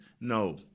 No